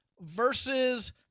versus